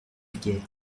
guerre